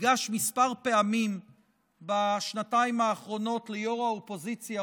ניגש כמה פעמים בשנתיים האחרונות ליו"ר האופוזיציה,